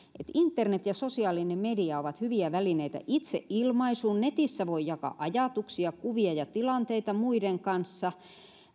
internet ja sosiaalinen media ovat hyviä välineitä itseilmaisuun netissä voi jakaa ajatuksia kuvia ja tilanteita muiden kanssa